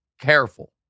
careful